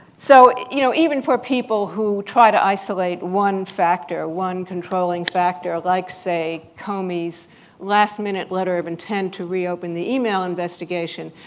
so you know even for people who try to isolate one factor, one controlling factor, like, say, comey's last minute letter of intent to re-open the email investigation,